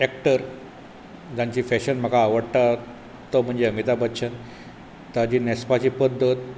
actor जांची fashion म्हाका आवडटा तो म्हणजे अमिताभ बच्चन ताची न्हेसपाची पद्दत